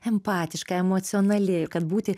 empatiška emocionali kad būti